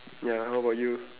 ya how about you